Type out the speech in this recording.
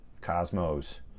cosmos